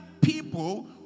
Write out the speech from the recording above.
people